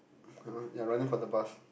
!huh! they're running for the bus